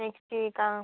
next week ആ